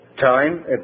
time